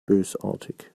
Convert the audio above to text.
bösartig